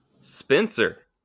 Spencer